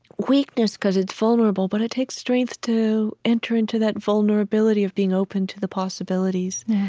weakness, because it's vulnerable, but it takes strength to enter into that vulnerability of being open to the possibilities.